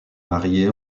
marié